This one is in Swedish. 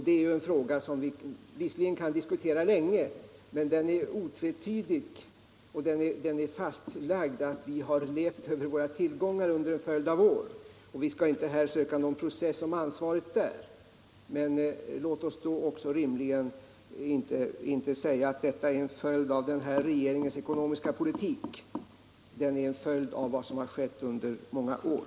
Det är en fråga som vi kan diskutera länge, men det är otvetydigt och konstaterat att vi har levt över våra tillgångar under en följd av år. Här skall vi inte söka någon process om ansvaret, men låt oss då heller inte säga att detta är en följd av den här regeringens ekonomiska politik. Det är en följd av vad som har skett under många år.